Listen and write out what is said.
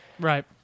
Right